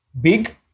big